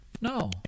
No